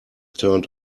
turned